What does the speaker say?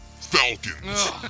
Falcons